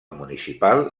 municipal